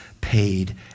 paid